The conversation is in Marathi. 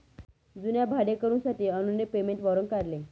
जुन्या भाडेकरूंसाठी अनुने पेमेंट वॉरंट काढले